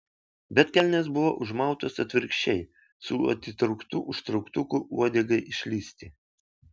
bet kelnės buvo užmautos atvirkščiai su atitrauktu užtrauktuku uodegai išlįsti